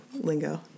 lingo